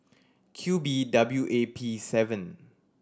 Q B W A P seven